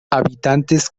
habitantes